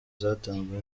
zatanzwe